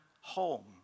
home